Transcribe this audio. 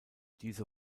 diese